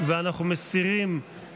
אני מורידה את ההפחתה.